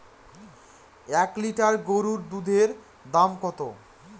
এক লিটার গরুর দুধের দাম কত?